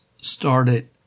started